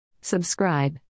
Subscribe